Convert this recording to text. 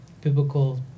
biblical